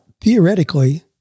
theoretically